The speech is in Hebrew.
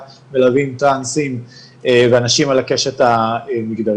גם מלווים טרנסים ואנשים על הקשת המגדרית,